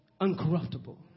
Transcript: uncorruptible